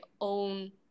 own